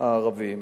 רצוני לשאול: